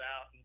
out